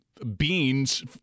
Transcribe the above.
beans